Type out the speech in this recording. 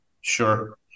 sure